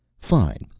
fine.